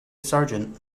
sergeant